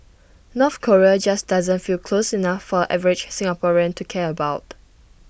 North Korea just doesn't feel close enough for the average Singaporean to care about